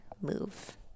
move